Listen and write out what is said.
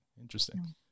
Interesting